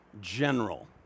general